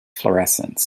fluorescence